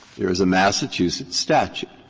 there is a massachusetts statute.